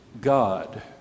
God